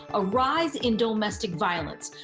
a rise in domestic violence.